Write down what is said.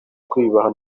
kwiyubaha